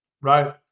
Right